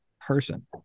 person